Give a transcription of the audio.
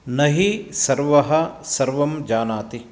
न हि सर्वः सर्वं जानाति